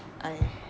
I